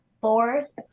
Fourth